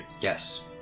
Yes